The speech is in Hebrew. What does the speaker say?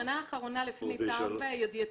בשנה האחרונה, לפי מיטב ידיעתי,